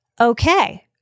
Okay